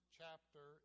chapter